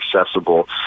accessible